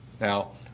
Now